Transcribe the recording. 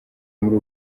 muri